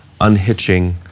unhitching